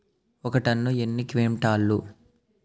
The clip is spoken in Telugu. ఒక టన్ను ఎన్ని క్వింటాల్లు?